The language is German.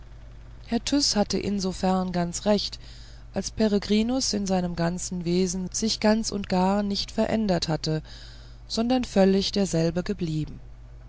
herr tyß hatte insofern ganz recht als peregrinus in seinem ganzen wesen sich ganz und gar nicht verändert hatte sondern völlig derselbe geblieben